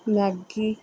Maggi